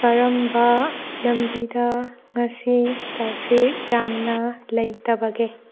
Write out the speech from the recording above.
ꯀꯔꯝꯕ ꯂꯝꯕꯤꯗ ꯉꯁꯤ ꯇꯥꯔꯐꯤꯛ ꯌꯥꯝꯅ ꯂꯩꯇꯕꯒꯦ